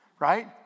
Right